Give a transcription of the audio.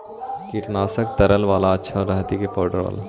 कीटनाशक तरल बाला अच्छा रहतै कि पाउडर बाला?